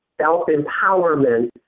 self-empowerment